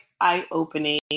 eye-opening